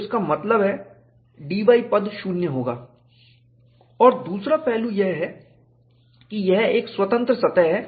तो इसका मतलब है dy पद शून्य होगा और दूसरा पहलू यह है कि यह एक स्वतंत्र सतह है